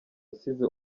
asize